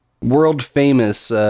World-famous